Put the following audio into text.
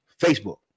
Facebook